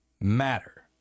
matter